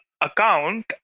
account